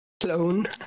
clone